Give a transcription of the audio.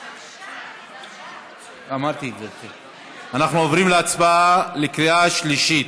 אנחנו עוברים להצבעה לקריאה שלישית.